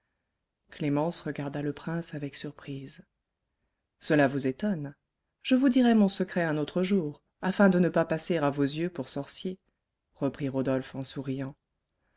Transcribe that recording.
clémence regarda le prince avec surprise cela vous étonne je vous dirai mon secret un autre jour afin de ne pas passer à vos yeux pour sorcier reprit rodolphe en souriant